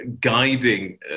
guiding